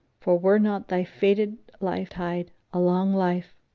for were not thy fated life tide a long life,